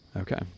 okay